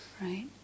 right